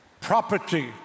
Property